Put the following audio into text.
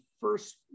first